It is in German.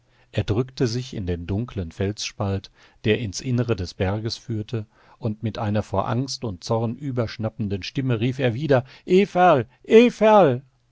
er drückte sich in den dunklen felsspalt der ins innere des berges führte und mit einer vor angst und zorn überschnappenden stimme rief er wieder